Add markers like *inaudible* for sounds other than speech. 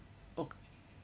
*noise*